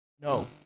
no